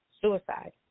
suicide